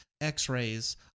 x-rays